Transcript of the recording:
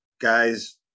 guys